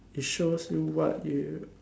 it's shows you what you